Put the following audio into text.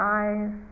eyes